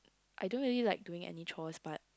I don't really like doing any chores but